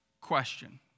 question